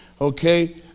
okay